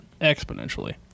Exponentially